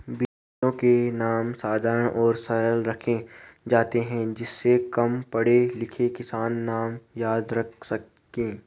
बीजों के नाम साधारण और सरल रखे जाते हैं जिससे कम पढ़े लिखे किसान नाम याद रख सके